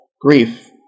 grief